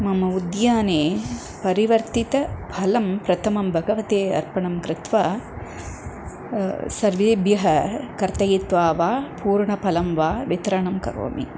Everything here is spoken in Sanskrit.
मम उद्याने परिवर्तितं फलं प्रथमं भगवते अर्पणं कृत्वा सर्वेभ्यः कर्तयित्वा वा पूर्णं फलं वा वितरणं करोमि